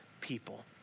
people